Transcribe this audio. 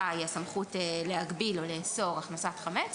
היא הסמכות להגביל או לאסור הכנסת חמץ.